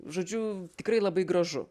žodžiu tikrai labai gražu